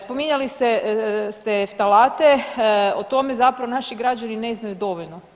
Spominjali ste aftalate, o tome zapravo naši građani ne znaju dovoljno.